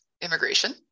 immigration